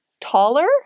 taller